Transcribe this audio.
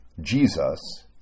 Jesus